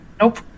Nope